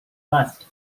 must